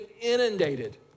inundated